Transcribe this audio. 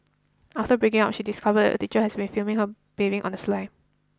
after breaking up she discovered the teacher has been filming her bathing on the sly